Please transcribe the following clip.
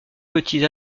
petits